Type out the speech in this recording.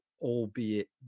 albeit